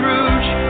Rouge